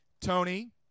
Tony